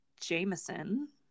Jameson